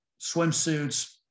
swimsuits